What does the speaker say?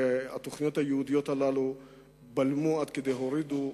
והתוכניות הייעודיות האלה בלמו, עד כדי הורידו,